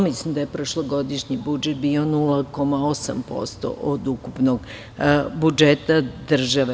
Mislim da je prošlogodišnji budžet bio 0,8% od ukupnog budžeta države.